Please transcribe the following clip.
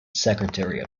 secretary